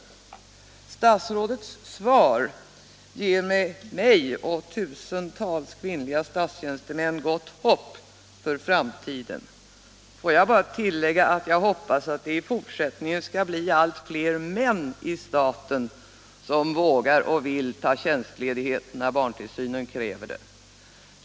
Serner Statsrådets svar ger mig och tusentals kvinnliga statstjänstemän gott - Om varningsmärk hopp för framtiden. Får jag bara tillägga att jag hoppas att det i fort — ning av hälsovådliga sättningen skall bli allt fler män i staten som vågar och vill ta tjänst — krukväxter ledighet när barntillsynen kräver det.